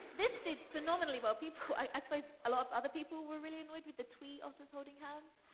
this did phenomenally well. people, i suppose a lot of other people were really annoyed with the twee otter holding hands.